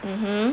mmhmm